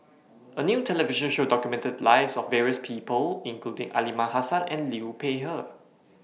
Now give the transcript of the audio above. A New television Show documented The Lives of various People including Aliman Hassan and Liu Peihe